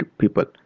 people